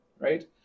right